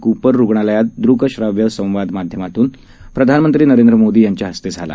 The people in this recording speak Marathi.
क्पर रुग्णालयात दृकश्राव्य संवाद माध्यमातून प्रधान नरेंद्र मोदी यांच्या हस्ते करण्यात आला